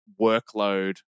workload